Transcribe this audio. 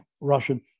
Russian